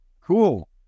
Cool